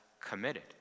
committed